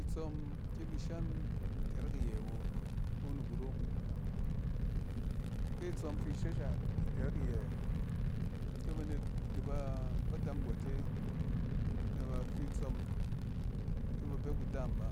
Itsɚm kyem isahm itɛrɛk iyɛ awo, ko ni ku ro. Ke itsↄm fi shashan itɛrɛk iyɛ kyɛ banet tɛ ba dangote nɛ ba fi itsↄm kyɛ ba bɛ kudaam ba.